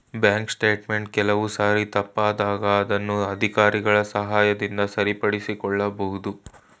bank statement ಕೆಲವು ಸಾರಿ ತಪ್ಪಾದಾಗ ಅದನ್ನು ಅಧಿಕಾರಿಗಳ ಸಹಾಯದಿಂದ ಸರಿಪಡಿಸಿಕೊಳ್ಳಬಹುದು